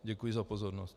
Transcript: Děkuji za pozornost.